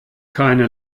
keine